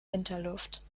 winterluft